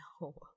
No